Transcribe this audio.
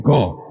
God